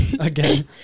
Again